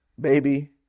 baby